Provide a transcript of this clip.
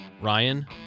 Ryan